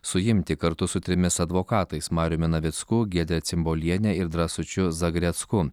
suimti kartu su trimis advokatais mariumi navicku giedre cimboliene ir drąsučiu zagrecku